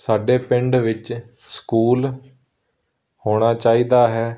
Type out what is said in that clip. ਸਾਡੇ ਪਿੰਡ ਵਿੱਚ ਸਕੂਲ ਹੋਣਾ ਚਾਹੀਦਾ ਹੈ